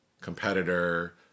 competitor